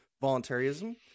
voluntarism